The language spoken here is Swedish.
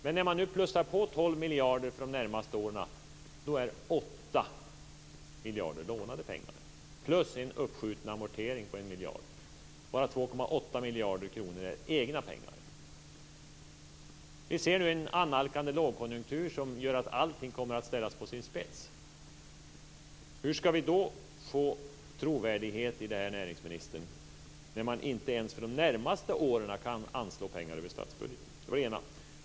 När man plussar på 12 miljarder för de närmaste åren är 8 miljarder lånade pengar, och 1 miljard kommer från en uppskjuten amortering. Bara 2,8 miljarder kronor är egna pengar. Vi ser nu en annalkande lågkonjunktur, som gör att allting kommer att ställas på sin spets. Hur ska vi få trovärdighet för detta, näringsminister, om man inte ens för de närmaste åren kan anslå pengar över statsbudgeten? Det var min första fråga.